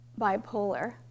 bipolar